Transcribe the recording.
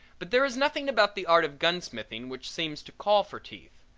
but there is nothing about the art of gunsmithing which seems to call for teeth,